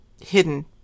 hidden